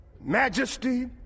majesty